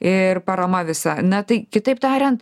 ir parama visa na tai kitaip tariant